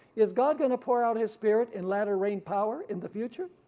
is god gonna pour out his spirit in latter rain power in the future?